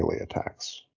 attacks